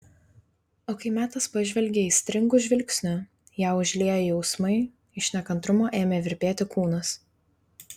o kai metas pažvelgė aistringu žvilgsniu ją užliejo jausmai iš nekantrumo ėmė virpėti kūnas